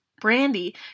brandy